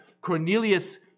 Cornelius